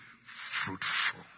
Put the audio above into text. fruitful